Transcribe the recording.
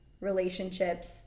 relationships